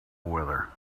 weather